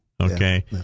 okay